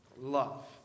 love